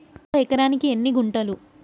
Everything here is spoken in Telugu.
ఒక ఎకరానికి ఎన్ని గుంటలు?